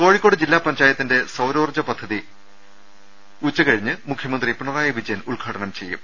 കോഴിക്കോട് ജില്ലാ പഞ്ചായത്തിന്റെ സൌരോർജ്ജ പദ്ധതി ഉച്ചകഴിഞ്ഞ് മുഖ്യമന്ത്രി പിണറായി വിജയ്യൻ ഉദ്ഘാടനം ചെയ്യും